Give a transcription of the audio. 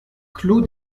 clos